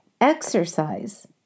exercise